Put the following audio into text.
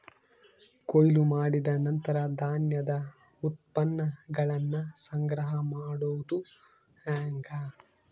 ಕೊಯ್ಲು ಮಾಡಿದ ನಂತರ ಧಾನ್ಯದ ಉತ್ಪನ್ನಗಳನ್ನ ಸಂಗ್ರಹ ಮಾಡೋದು ಹೆಂಗ?